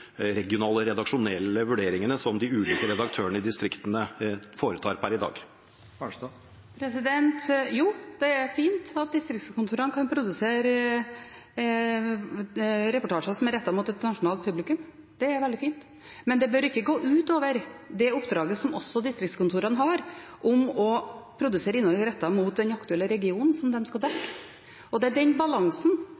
regionale redaksjonelle vurderingene som de ulike redaktørene i distriktene foretar per i dag. Jo, det er fint at distriktskontorene kan produsere reportasjer som er rettet mot et nasjonalt publikum. Det er veldig fint. Men det bør ikke gå ut over det oppdraget som distriktskontorene også har om å produsere innhold rettet mot den aktuelle regionen som de skal